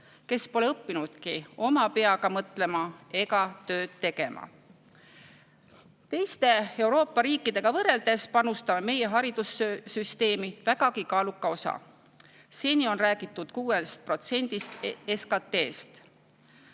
kes pole õppinud oma peaga mõtlema ega tööd tegema. Teiste Euroopa riikidega võrreldes panustame meie haridussüsteemi vägagi kaaluka osa. Seni on räägitud 6%-st SKT-st.